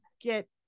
get